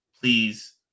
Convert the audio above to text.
Please